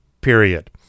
period